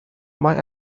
mae